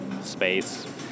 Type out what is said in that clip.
space